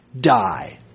die